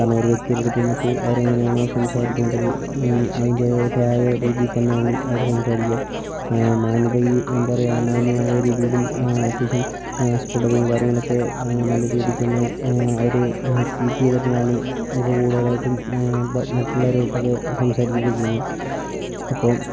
കാരണം ഒരു വ്യക്തിയുടെ അടുത്ത് ചെന്നിട്ട് അവർ എങ്ങനെയാണോ സംസാരിക്കേണ്ടത് അതിൻ്റേതായ രീതിയിൽ തന്നെയാണ് അവർ സംസാരിക്കുക മാന്യത ഈ എന്താ പറയുക മാന്യമായ രീതിയിലും അത്യാവശ്യം സ്ഫുടതയും കാര്യങ്ങളൊക്കെ നല്ല രീതിക്കുതന്നെ അവർ കീപ്പ് ചെയ്തികൊണ്ടാണ് ഇപ്പോൾ കൂടുതലായിട്ടും മറ്റുള്ളവരുമായിട്ടൊക്കെ സംസാരിക്കുകയൊക്കെ ചെയ്യുന്നത് ഇപ്പം